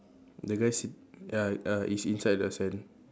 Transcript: the guy sit ya ya he's inside the sand